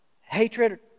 hatred